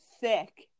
thick